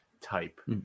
type